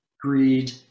greed